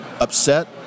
upset